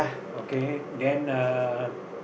okay then uh